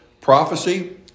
Prophecy